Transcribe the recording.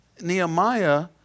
Nehemiah